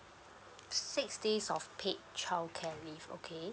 six days of paid childcare leave okay